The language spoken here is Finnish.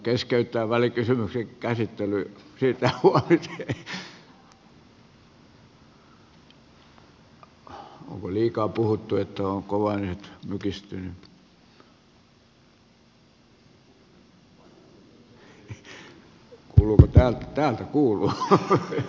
puhujakorokkeiden mikrofonit eivät avautuneet ja puhuja keskeytti puheensa ja siirtyi jatkamaan omalle paikalleen istuntosalissa